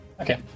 Okay